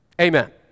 Amen